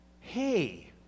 Hey